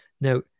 now